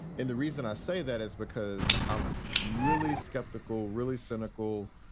and the reason i say that is because i'm really skeptical, really cynical,